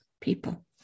people